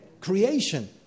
creation